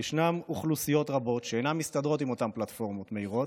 יש אוכלוסיות רבות שאינן מסתדרות עם אותן פלטפורמות מהירות.